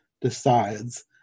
decides